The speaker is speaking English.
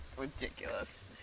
Ridiculous